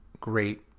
great